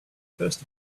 first